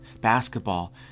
Basketball